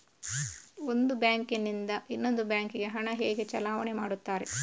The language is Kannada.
ಒಂದು ಬ್ಯಾಂಕ್ ನಿಂದ ಇನ್ನೊಂದು ಬ್ಯಾಂಕ್ ಗೆ ಹಣ ಹೇಗೆ ಚಲಾವಣೆ ಮಾಡುತ್ತಾರೆ?